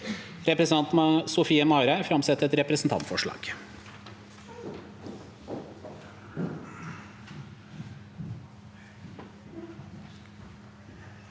Representanten Sofie Marhaug vil framsette et representantforslag.